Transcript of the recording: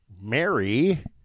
Mary